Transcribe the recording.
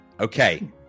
Okay